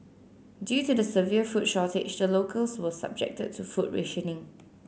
due to the severe food shortage the locals were subjected to food rationing